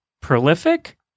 prolific –